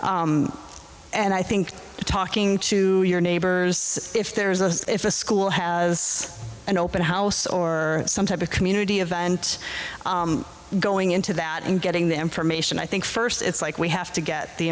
and i think talking to your neighbors if there's a if the school has an open house or some type of community event going into that and getting the information i think first it's like we have to get the